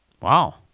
Wow